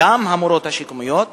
וגם המורות השיקומיות,